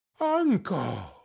uncle